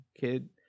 kid